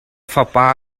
fapa